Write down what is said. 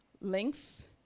Length